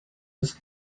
los